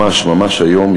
ממש ממש היום,